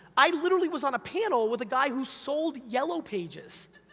i literally was on a panel with a guy who sold yellow pages,